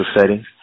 settings